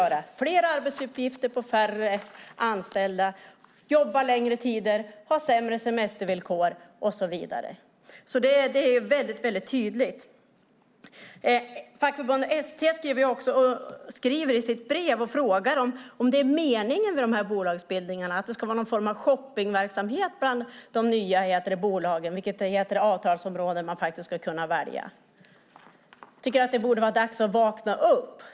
Fler arbetsuppgifter ska utföras av färre anställda som ska jobba längre tid, ha sämre semestervillkor och så vidare. Det är väldigt tydligt. Fackförbundet ST frågar i sitt brev om meningen med bolagsbildningarna är att det ska vara någon form av shoppingverksamhet bland de nya bolagen när det gäller vilket avtalsområde de ska kunna välja. Jag tycker att det borde vara dags att vakna upp.